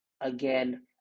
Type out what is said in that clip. again